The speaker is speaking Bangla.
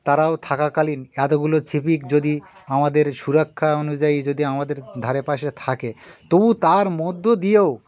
তারাও থাকাকালীন এতগুলো সিভিক যদি আমাদের সুরক্ষা অনুযায়ী যদি আমাদের ধারেপশে থাকে তবু তার মধ্য দিয়েও